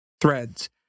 threads